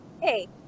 hey